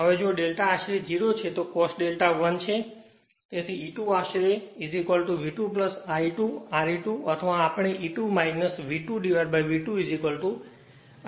હવે જો ∂ આશરે 0 છે તો cos ∂ 1 છે